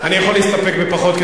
אני יכול להסתפק בפחות.